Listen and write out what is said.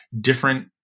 different